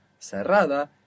cerrada